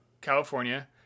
California